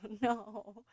No